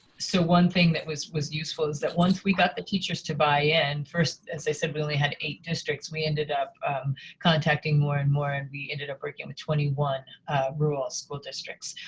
so one thing that was was useful is that once we got the teachers to buy in first, as i said, we only had eight districts, we ended up contacting more and more and we ended up working with twenty one rural school districts.